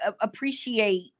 appreciate